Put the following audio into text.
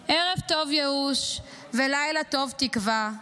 אסון./ ערב טוב ייאוש ולילה טוב תקווה,/